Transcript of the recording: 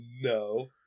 no